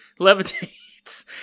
levitates